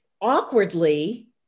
awkwardly